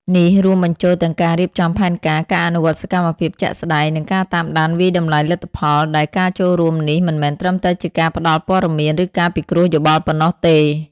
នេះរួមបញ្ចូលទាំងការរៀបចំផែនការ ការអនុវត្តសកម្មភាពជាក់ស្ដែង និងការតាមដានវាយតម្លៃលទ្ធផល ដែលការចូលរួមនេះមិនមែនត្រឹមតែជាការផ្ដល់ព័ត៌មាន ឬការពិគ្រោះយោបល់ប៉ុណ្ណោះទេ។